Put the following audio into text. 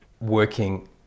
working